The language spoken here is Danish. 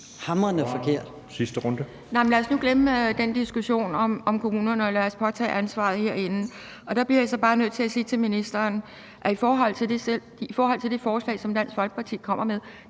Pia Kjærsgaard (DF): Lad os nu glemme den diskussion om kommunerne, og lad os påtage os ansvaret herinde. Og der bliver jeg så bare nødt til at sige til ministeren, at i forhold til det forslag, som Dansk Folkeparti kommer med,